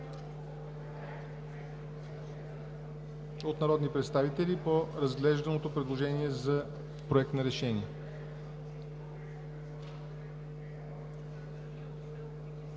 от народни представители по разглежданото предложение за Проект на решение?